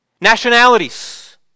Nationalities